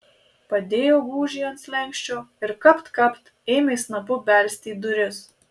padėjo gūžį ant slenksčio ir kapt kapt ėmė snapu belsti į duris